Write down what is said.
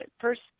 first